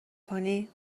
کنی